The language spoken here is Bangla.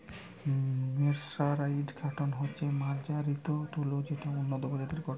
মের্সরাইসড কটন হচ্ছে মার্জারিত তুলো যেটা উন্নত প্রজাতির কট্টন